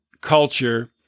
culture